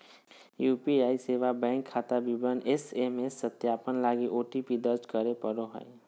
UPI सेवा bank खाता विवरण एस.एम.एस सत्यापन लगी ओ.टी.पी दर्ज करे पड़ो हइ